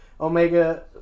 Omega